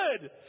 good